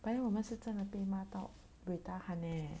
but then 我们是真的被骂到 buay tahan leh